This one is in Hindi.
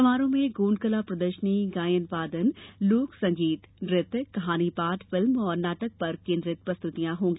समारोह में गोंड कला प्रदर्शनी गायन वादन लोक संगीत नृत्य कहानी पाठ फिल्म और नाटक पर केंद्रित प्रस्त्रतियां होंगी